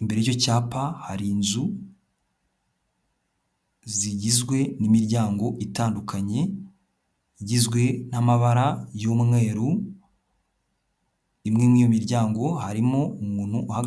imbere y'icyapa hari inzu zigizwe n'imiryango itandukanye igizwe n'amabara y'umweru rimwe nk'i miryango harimo umuntu uhagaze.